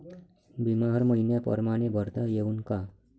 बिमा हर मइन्या परमाने भरता येऊन का?